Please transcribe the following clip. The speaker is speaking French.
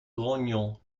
grognon